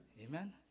amen